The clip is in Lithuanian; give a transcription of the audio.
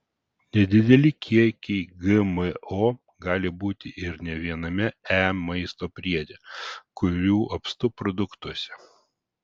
nedideli kiekiai gmo gali būti ir ne viename e maisto priede kurių apstu produktuose